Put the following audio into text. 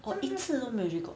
oh 一次都没有去过